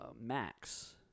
Max